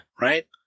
Right